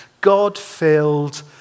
God-filled